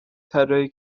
طراحی